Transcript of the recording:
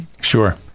sure